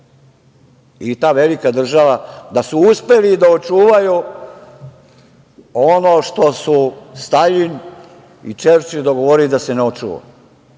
i ta velika država da su uspeli da očuvaju ono što su Staljin i Čerčil dogovorili da se ne očuva?